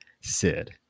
Sid